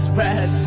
red